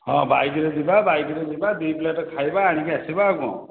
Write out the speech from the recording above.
ହଁ ବାଇକ୍ରେ ଯିବା ବାଇକ୍ରେ ଯିବା ଦୁଇ ପ୍ଲେଟ୍ ଖାଇବା ଆଣିକି ଆସିବା ଆଉ କ'ଣ